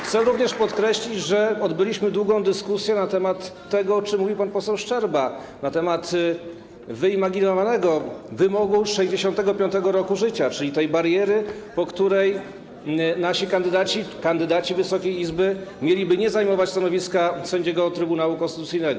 Chcę również podkreślić, że odbyliśmy długą dyskusję na temat tego, o czym mówił pan poseł Szczerba, na temat wyimaginowanego wymogu 65. roku życia, czyli tej bariery, po której nasi kandydaci, kandydaci Wysokiej Izby mieliby nie zajmować stanowiska sędziego Trybunału Konstytucyjnego.